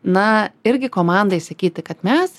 na irgi komandai sakyti kad mes